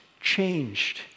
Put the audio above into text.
changed